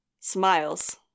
smiles